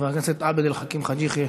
חבר הכנסת עבד אל חכים חאג' יחיא,